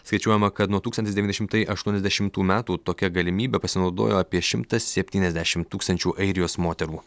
skaičiuojama kad nuo tūkstantis devyni šimtai aštuoniasdešimtų metų tokia galimybe pasinaudojo apie šimtas septyniasdešim tūkstančių airijos moterų